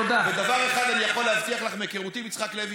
ודבר אחד אני יכול להבטיח לך מהיכרותי עם יצחק לוי